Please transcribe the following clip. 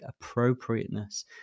appropriateness